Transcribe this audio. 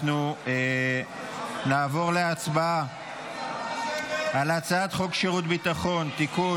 אנחנו נעבור להצבעה על הצעת חוק שירות ביטחון (תיקון,